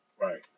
Right